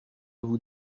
vous